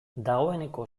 dagoeneko